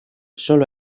solo